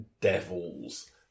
devils